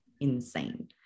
insane